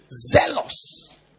Zealous